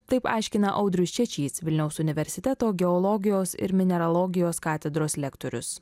taip aiškina audrius čečys vilniaus universiteto geologijos ir mineralogijos katedros lektorius